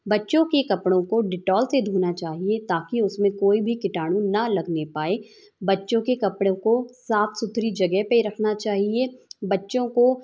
बच्चों के कपड़ों को डिटॉल से धोना चाहिए ताकि उसमे कोई भी कीटाणु ना लगने पाए बच्चों के कपड़ों को साफ सुथरी जगह पे रखना चाहिए बच्चों को